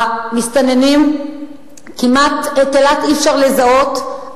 המסתננים את אילת כמעט אי-אפשר לזהות,